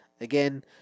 Again